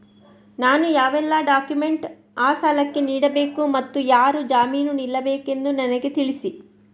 ನಾನು ಯಾವೆಲ್ಲ ಡಾಕ್ಯುಮೆಂಟ್ ಆ ಸಾಲಕ್ಕೆ ನೀಡಬೇಕು ಮತ್ತು ಯಾರು ಜಾಮೀನು ನಿಲ್ಲಬೇಕೆಂದು ನನಗೆ ತಿಳಿಸಿ?